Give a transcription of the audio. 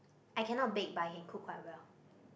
I cannot bake but I can cook quite well